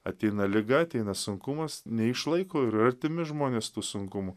ateina liga ateina sunkumas neišlaiko ir artimi žmonės tų sunkumų